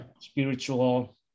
spiritual